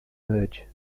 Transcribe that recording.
merge